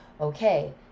okay